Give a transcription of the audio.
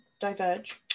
diverge